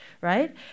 right